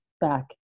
back